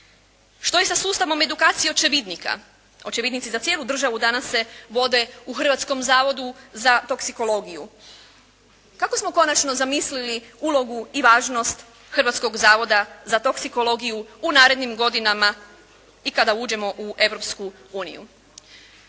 Što je sa sustavom edukacije očevidnika? Očevidnici za cijelu državu danas se vode u Hrvatskom zavodu za toksikologiju. Kako smo konačno zamislili ulogu i važnost Hrvatskog zavoda za toksikologiju u narednim godinama i kada uđemo u